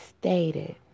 stated